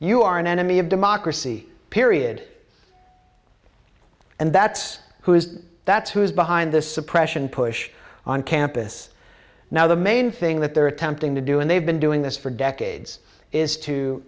you are an enemy of democracy period and that's who is that's who is behind this suppression push on campus now the main thing that they're attempting to do and they've been doing this for decades is to